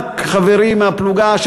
גם חברי מהפלוגה,